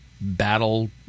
battle